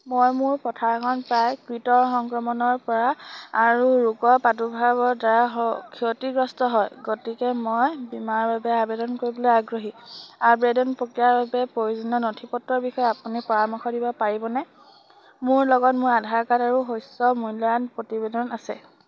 মই মোৰ পথাৰখন প্ৰায়ে কীটৰ সংক্ৰমণৰপৰা আৰু ৰোগৰ প্ৰাদুৰ্ভাৱৰদ্বাৰা ক্ষতিগ্ৰস্ত হয় গতিকে মই বীমাৰ বাবে আবেদন কৰিবলৈ আগ্ৰহী আবেদন প্ৰক্ৰিয়াৰ বাবে প্ৰয়োজনীয় নথিপত্ৰৰ বিষয়ে আপুনি পৰামৰ্শ দিব পাৰিবনে মোৰ লগত মোৰ আধাৰ কাৰ্ড আৰু শস্য মূল্যায়ন প্ৰতিবেদন আছে